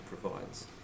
provides